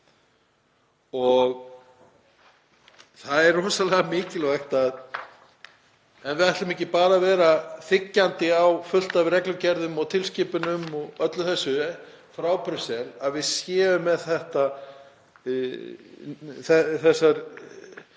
Það er rosalega mikilvægt, ef við ætlum ekki bara að vera þiggjendur að fullt af reglugerðum og tilskipunum og öllu þessu frá Brussel, að við séum með þessar